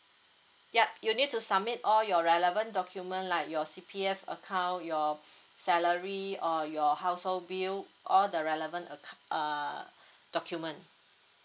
yup you need to submit all your relevant document like your C P F account your salary or your household bill all the relevant acc~ uh document